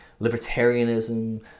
libertarianism